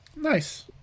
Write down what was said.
Nice